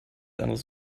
anderes